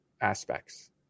aspects